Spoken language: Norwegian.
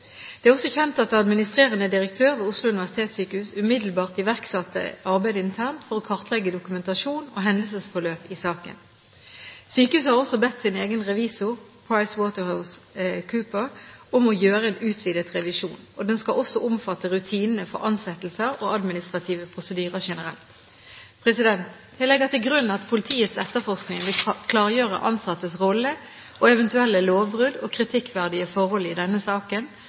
Det er også kjent at administrerende direktør ved Oslo universitetssykehus umiddelbart iverksatte arbeid internt for å kartlegge dokumentasjon og hendelsesforløp i saken. Sykehuset har også bedt sin egen revisor, PricewaterhouseCoopers, om å gjøre en utvidet revisjon. Den skal også omfatte rutinene for ansettelser og administrative prosedyrer generelt. Jeg legger til grunn at politiets etterforskning vil klargjøre ansattes rolle og eventuelle lovbrudd og kritikkverdige forhold i denne saken.